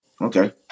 Okay